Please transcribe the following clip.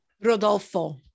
Rodolfo